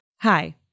Hi